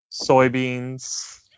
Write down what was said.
soybeans